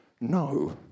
no